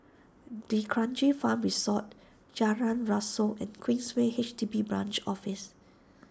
D'Kranji Farm Resort Jalan Rasok and Queensway H D B Branch Office